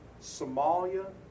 Somalia